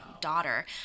daughter